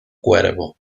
cuervo